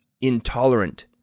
intolerant